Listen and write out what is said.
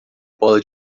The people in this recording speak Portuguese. bola